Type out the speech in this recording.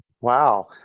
Wow